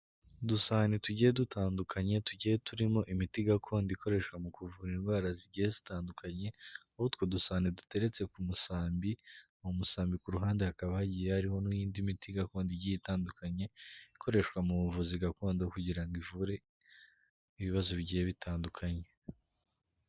Udusahane tugiye dutandukanye, tugiye turimo imiti gakondo ikoreshwa mu kuvura indwara zigiye zitandukanye, aho utwo dusahane duteretse ku musambi, uwo musambi ku ruhande hakaba hagiye hariho n'indi miti gakondo igiye itandukanye, ikoreshwa mu buvuzi gakondo kugira ngo ivure, ibibazo bigiye bitandukany.